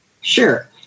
Sure